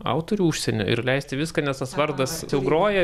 autorių užsienio ir leisti viską nes tas vardas jau groja